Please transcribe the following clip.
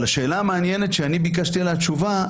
אבל השאלה המעניינת שאני ביקשתי עליה תשובה,